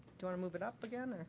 to um move it up again or